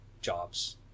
jobs